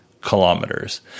kilometers